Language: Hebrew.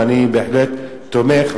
ואני בהחלט תומך.